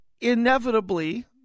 inevitably